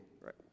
right